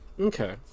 Okay